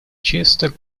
чисто